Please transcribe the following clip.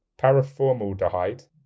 paraformaldehyde